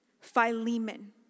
Philemon